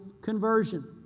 conversion